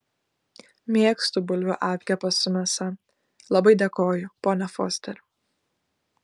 mėgstu bulvių apkepą su mėsa labai dėkoju ponia foster